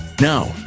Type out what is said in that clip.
Now